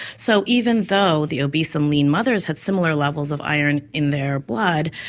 so even though the obese and lean mothers had similar levels of iron in their blood,